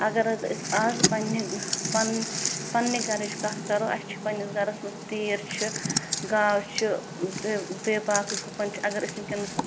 اَگر حظ أسۍ آزٕ پَننٚہِ پٔنٕنۍ پَننٚہِ گَرٕچۍ کَتھ کرو اسہِ چھُ پَننِٚس گَرس منٛز تیٖر چھِ گاو چھِ بییٚہِ بییٚہِ باقٕے گُپَن چھِ اَگر أسۍ وٕکٮ۪نَس